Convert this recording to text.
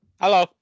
hello